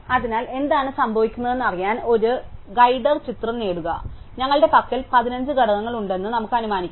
അതിനാൽ എന്താണ് സംഭവിക്കുന്നതെന്ന് അറിയാൻ ഒരു ഗൈഡർ ചിത്രം നേടുക അതിനാൽ ഞങ്ങളുടെ പക്കൽ 15 ഘടകങ്ങളുണ്ടെന്ന് നമുക്ക് അനുമാനിക്കാം